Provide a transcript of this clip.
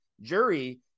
jury